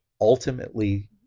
ultimately